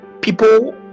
people